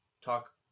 talk